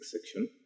section